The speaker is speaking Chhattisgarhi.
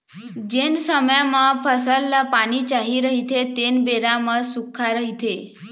जेन समे म फसल ल पानी चाही रहिथे तेन बेरा म सुक्खा रहिथे